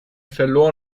verlor